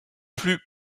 plus